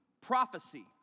Prophecy